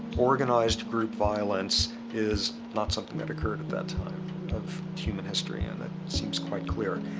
organized group violence is not something that occurred at that time of human history and that seems quite clear.